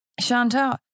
Chantal